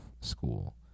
school